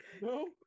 No